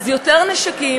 אז יותר נשקים,